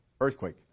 earthquake